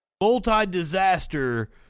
multi-disaster